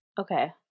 Okay